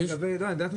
עניין.